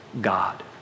God